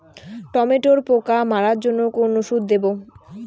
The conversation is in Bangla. টমেটোর পোকা মারার জন্য কোন ওষুধ দেব?